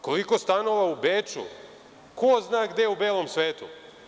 Koliko stanova u Beču i ko zna gde u belom svetu?